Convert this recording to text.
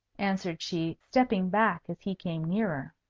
answered she, stepping back as he came nearer.